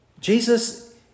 Jesus